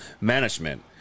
management